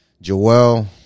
Joel